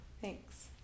Thanks